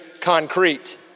concrete